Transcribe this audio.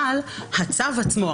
אבל הצו עצמו,